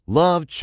love